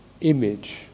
image